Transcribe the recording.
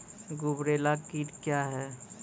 गुबरैला कीट क्या हैं?